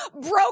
broke